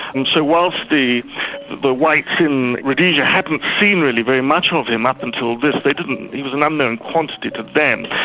and so whilst the the whites in rhodesia hadn't seen really very much of him up until this, he was an unknown quantity to them.